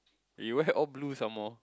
you wear all blue some more